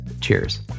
Cheers